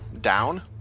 down